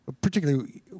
particularly